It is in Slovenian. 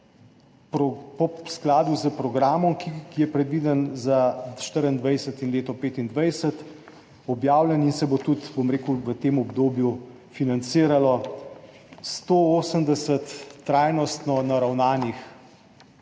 v skladu s programom, ki je predviden za leti 2024 in 2025, objavljen in se bo tudi v tem obdobju financiralo 180 trajnostno naravnanih